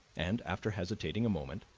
and, after hesitating a moment,